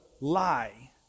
lie